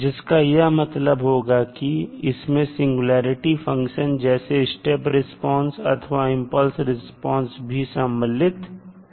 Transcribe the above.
जिसका यह मतलब होगा कि इसमें सिंगुलेरिटी फंक्शन जैसे स्टेप रिस्पांस अथवा इंपल्स रिस्पांस भी सम्मिलित है